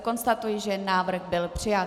Konstatuji, že návrh byl přijat.